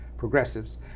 Progressives